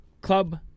club